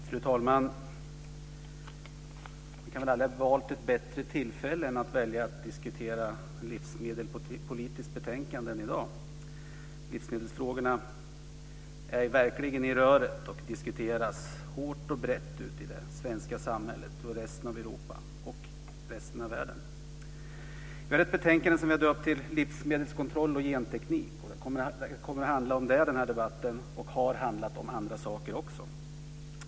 Fru talman! Vi kunde inte ha valt ett bättre tillfälle att diskutera ett livsmedelspolitiskt betänkande än i dag. Livsmedelsfrågorna är verkligen i röret och diskuteras hårt och brett ute i det svenska samhället, resten av Europa och resten av världen. Vi har ett betänkande som vi har döpt till Livsmedelskontroll och genteknik. Det kommer att handla om just detta i den här debatten, och det har handlat om andra saker också.